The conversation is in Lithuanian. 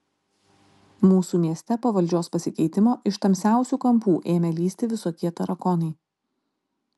mūsų mieste po valdžios pasikeitimo iš tamsiausių kampų ėmė lįsti visokie tarakonai